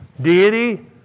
deity